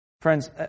Friends